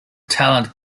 talent